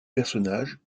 personnages